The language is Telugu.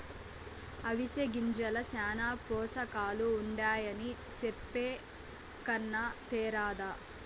అవిసె గింజల్ల శానా పోసకాలుండాయని చెప్పే కన్నా తేరాదా